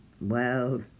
Well